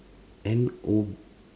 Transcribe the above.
N O